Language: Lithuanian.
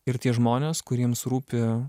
ir tie žmonės kuriems rūpi